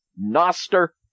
Noster